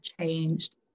changed